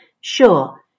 Sure